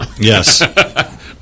Yes